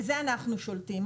בזה אנחנו שולטים.